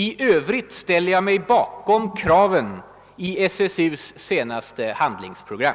I övrigt ställer jag mig bakom kraven i SSU:s senaste handlingsprogram.»